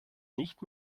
nicht